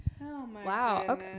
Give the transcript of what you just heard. Wow